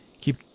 keep